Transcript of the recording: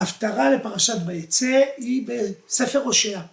‫הפטרה לפרשת וייצא היא בספר הושע.